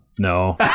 no